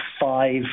five